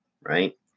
Right